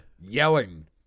Yelling